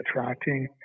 attracting